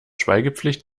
schweigepflicht